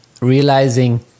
realizing